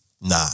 Nah